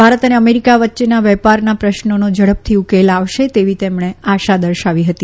ભારત અને અમેરીકા વચ્ચેના વેપારના પ્રશ્નોનો ઝડપથી ઉકેલ આવશે તેવી તેમણે આશા દર્શાવી હતી